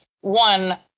One